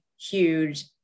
huge